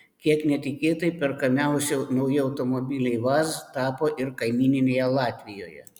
kiek netikėtai perkamiausi nauji automobiliai vaz tapo ir kaimyninėje latvijoje